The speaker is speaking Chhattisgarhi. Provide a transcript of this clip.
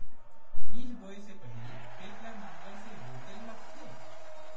बीज बोय के पहिली खेत ल नांगर से जोतेल लगथे?